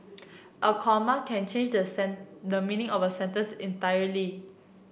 a comma can change the the meaning of a sentence entirely